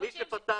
מי שפתח